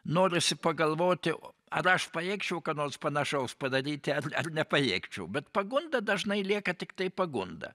norisi pagalvoti ar aš pajėgčiau ką nors panašaus padaryti ar ar nepajėgčiau bet pagunda dažnai lieka tiktai pagunda